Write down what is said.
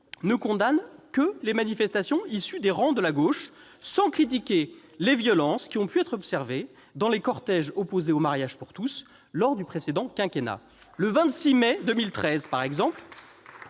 ne condamne que les manifestations issues des rangs de la gauche, sans critiquer les violences qui ont pu être observées dans les cortèges opposés au mariage pour tous lors du précédent quinquennat. Ce n'est pas correct